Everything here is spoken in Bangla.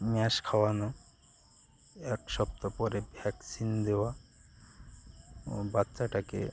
ম্যাশ খাওয়ানো এক সপ্তাহ পরে ভ্যাকসিন দেওয়া ও বাচ্চাটাকে